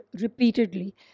repeatedly